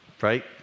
right